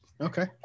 Okay